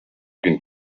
been